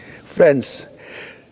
Friends